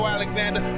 Alexander